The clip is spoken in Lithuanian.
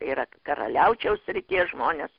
ir karaliaučiaus srities žmonės